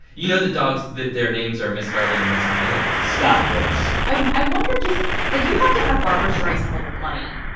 you know, the dogs their names are miss scarlett and miss violet stop it yeah i i wonder just like, you have to have barbra streisand-level money.